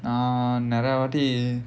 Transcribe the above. நிறைய வாட்டி:niraiya vaatti